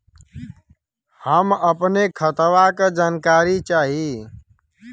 हम अपने खतवा क जानकारी चाही?